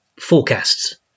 forecasts